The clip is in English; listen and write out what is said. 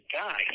guy